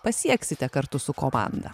pasieksite kartu su komanda